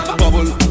bubble